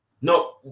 No